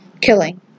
killing